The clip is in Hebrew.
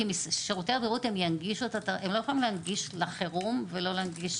שירותי הבריאות לא יכולים להנגיש לחירום ולא להנגיש